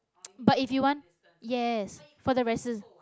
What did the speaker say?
but if you want yes for the resis~